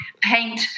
paint